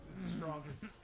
strongest